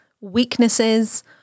weaknesses